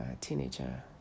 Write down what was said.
teenager